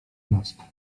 blasków